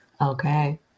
Okay